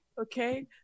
Okay